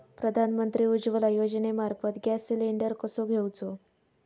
प्रधानमंत्री उज्वला योजनेमार्फत gas cylinder कसो घेऊचो?